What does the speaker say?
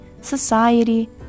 society